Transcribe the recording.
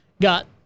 got